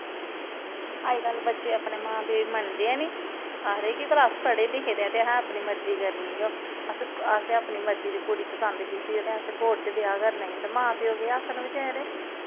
अज्जकल बच्चे अपने मां प्यो गी मन्नदे गै नेईं आखदे कि भलाअस पढ़े लिखे दे आं ते असें अपनी मरज़ी करनी ओ असें अपनी मरज़ी दी कुड़ी पसंद कीती ते असें कोर्ट च ब्याह् करना ई ते मां प्यो केह् आक्खन बेचारे